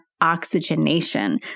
oxygenation